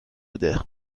بوده